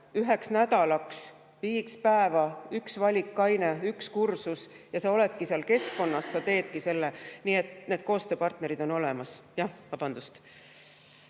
üheks nädalaks. Viis päeva, üks valikaine, üks kursus, ja sa oledki seal keskkonnas, sa teedki selle [läbi]. Nii et need koostööpartnerid on olemas. Aitäh küsimuse